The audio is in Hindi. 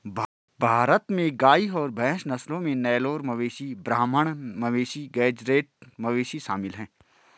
भारत में गाय और भैंस नस्लों में नेलोर मवेशी ब्राह्मण मवेशी गेज़रैट मवेशी शामिल है